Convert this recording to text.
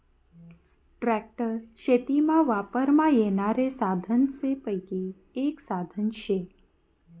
tractor शेतीमा वापरमा येनारा साधनेसपैकी एक साधन शे